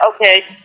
okay